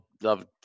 love